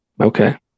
Okay